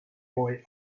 boy